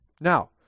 Now